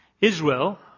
Israel